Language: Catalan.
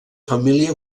família